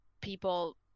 people